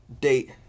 date